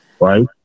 right